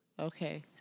Okay